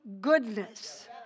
goodness